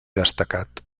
destacat